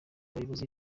abayobozi